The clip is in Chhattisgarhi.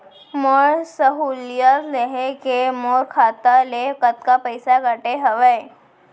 मोर सहुलियत लेहे के मोर खाता ले कतका पइसा कटे हवये?